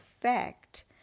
effect